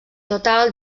total